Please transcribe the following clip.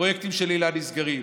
פרויקטים של היל"ה נסגרים,